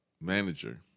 manager